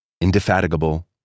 indefatigable